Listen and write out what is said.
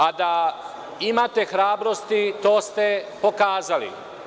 A da imate hrabrosti to ste pokazali.